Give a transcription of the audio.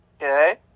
Okay